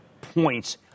points